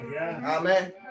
Amen